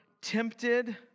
tempted